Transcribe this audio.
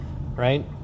right